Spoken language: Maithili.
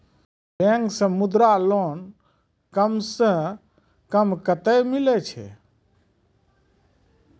बैंक से मुद्रा लोन कम सऽ कम कतैय मिलैय छै?